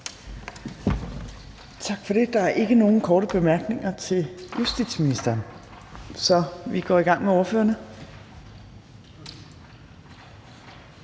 Tak for det. Der er ikke nogen korte bemærkninger til justitsministeren. Så vi går i gang med ordførerne.